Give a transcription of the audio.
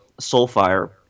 Soulfire